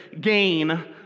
gain